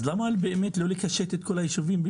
אז למה באמת לא לקשט את כל היישובים עם